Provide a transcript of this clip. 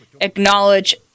acknowledge